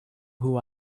who